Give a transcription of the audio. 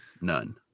none